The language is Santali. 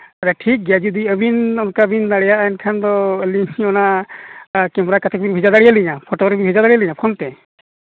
ᱛᱟᱦᱞᱮ ᱴᱷᱤᱠ ᱜᱮᱭᱟ ᱡᱩᱫᱤ ᱟᱹᱵᱤᱱ ᱚᱱᱠᱟ ᱵᱤᱱ ᱫᱟᱲᱮᱭᱟᱜᱼᱟ ᱮᱱᱠᱷᱟᱱ ᱫᱚ ᱟᱹᱞᱤᱧ ᱚᱱᱟ ᱠᱮᱢᱮᱨᱟ ᱠᱟᱛᱮᱫ ᱵᱤᱱ ᱵᱷᱮᱡᱟ ᱫᱟᱲᱮᱭᱟᱞᱤᱧᱟ ᱯᱷᱳᱴᱳ ᱨᱮᱢ ᱵᱷᱮᱡᱟ ᱫᱟᱲᱮᱭᱟᱞᱤᱧᱟ ᱯᱷᱳᱱ ᱛᱮ